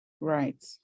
Right